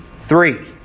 Three